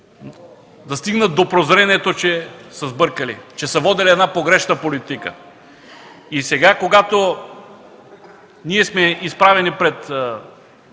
да стигнат до прозрението, че са сбъркали, че са водили една погрешна политика. И сега, когато ние сме изправени пред